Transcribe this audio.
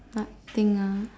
nothing ah